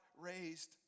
raised